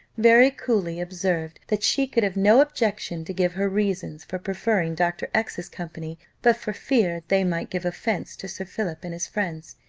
very coolly observed, that she could have no objection to give her reasons for preferring dr. x s company but for fear they might give offence to sir philip and his friends.